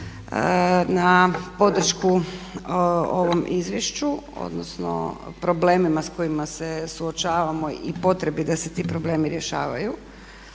na podršku ovom izvješću odnosno problemima s kojima se suočavamo i potrebi da se ti problemi rješavaju.